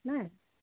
नहि